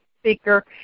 speaker